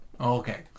Okay